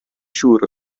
siŵr